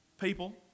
people